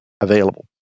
available